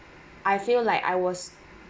I feel like I was